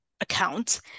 account